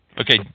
Okay